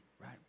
right